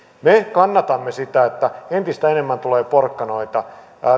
me kannatamme sitä että entistä enemmän tulee porkkanoita